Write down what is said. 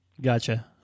Gotcha